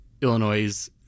Illinois